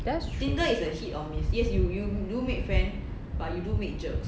that's true